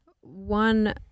one